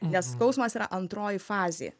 nes skausmas yra antroji fazė